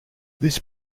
this